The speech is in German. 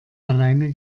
alleine